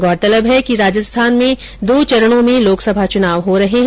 गौरतलब है कि राजस्थान में दो चरणों में लोकसभा चूनाव हो रहे है